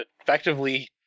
effectively